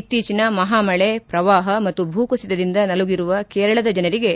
ಇತ್ತೀಚಿನ ಮಹಾಮಳೆ ಪ್ರವಾಹ ಮತ್ತು ಭೂಕುಸಿತದಿಂದ ನಲುಗಿರುವ ಕೇರಳದ ಜನರಿಗೆ